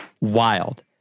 Wild